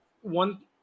one